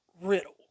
riddle